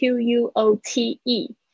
Q-U-O-T-E